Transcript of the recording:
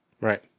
right